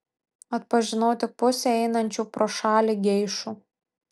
atpažinau tik pusę einančių pro šalį geišų